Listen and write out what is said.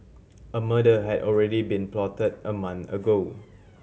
a murder had already been plotted a month ago